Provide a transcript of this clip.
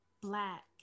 black